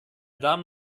damen